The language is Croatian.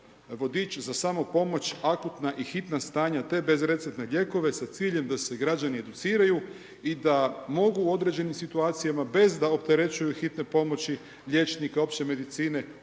vodič za samopomoć akutna i hitna stanja te bezreceptne lijekove s ciljem da se građani educiraju i da mogu u određenim situacijama, bez da opterećuju hitne pomoći liječnika i opće medicine,